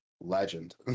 legend